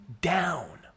down